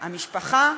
המשפחה,